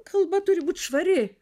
kalba turi būt švari